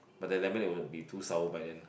but the lemonade will be too sour by then